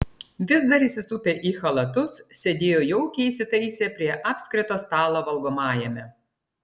vis dar įsisupę į chalatus sėdėjo jaukiai įsitaisę prie apskrito stalo valgomajame